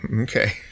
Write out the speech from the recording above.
Okay